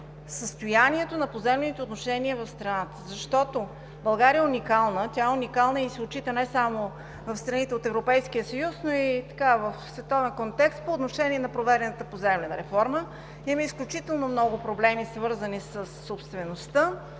състоянието на поземлените отношения в страната. Защото България е уникална, тя е уникална и се отчита не само в страните от Европейския съюз, но и в световен контекст по отношение на проведената поземлена реформа. Има изключително много проблеми, свързани със собствеността